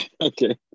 Okay